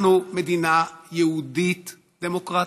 אנחנו מדינה יהודית דמוקרטית.